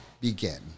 begin